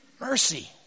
mercy